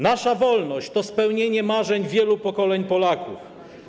Nasza wolność to spełnienie marzeń wielu pokoleń Polaków.